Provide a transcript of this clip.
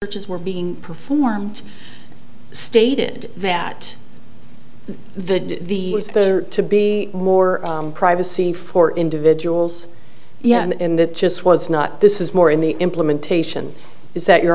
which is where being performed stated that the the there to be more privacy for individuals yeah and that just was not this is more in the implementation is that your